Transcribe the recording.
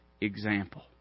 example